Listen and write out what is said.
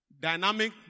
Dynamic